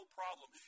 problem